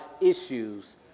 issues